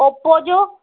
Oppo जो